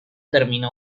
terminó